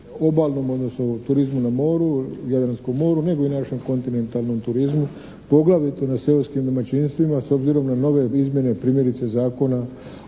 obalnom, odnosno turizmu na moru, Jadranskom moru, nego i našem kontinentalnom turizmu poglavito na seoskim domaćinstvima s obzirom na nove izmjene primjerice Zakona